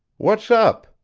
what's up?